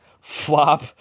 flop